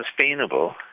sustainable